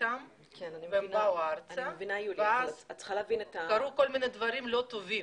אשרה ואז קרו כל מיני דברים לא טובים.